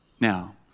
now